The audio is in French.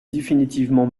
définitivement